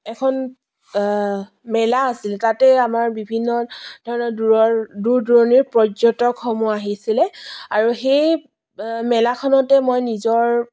এখন মেলা আছিল তাতে আমাৰ বিভিন্ন ধৰণৰ দূৰৰ দূৰ দূৰণিৰ পৰ্যটকসমূহ আহিছিলে আৰু সেই মেলাখনতে মই নিজৰ